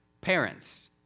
Parents